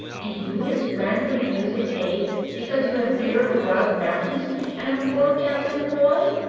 do you, his friend, refuse him aid because you have fear of the wild mountains and a poor peasant boy?